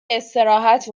استراحت